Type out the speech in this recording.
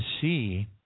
see